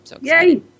Yay